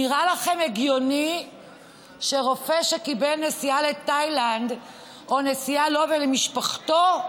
נראה לך הגיוני שרופא שקיבל נסיעה לתאילנד או נסיעה לו ולמשפחתו,